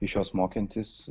iš jos mokintis